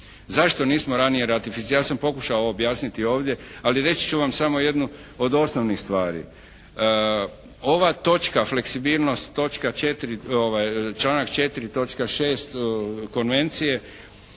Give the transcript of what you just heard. Zašto nismo ranije ratificirali, ja sam pokušao objasniti ovdje, ali reći ću vam samo jednu od osnovnih stvari. Ova točka fleksibilnost, točka 4., članak